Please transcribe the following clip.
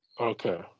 Okay